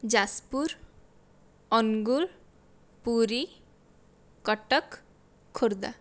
Jajpur Angul Puri Cuttack Khordha